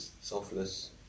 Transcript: selfless